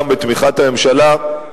גם בתמיכת הממשלה,